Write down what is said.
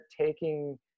taking